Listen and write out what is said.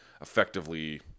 effectively